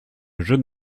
jeune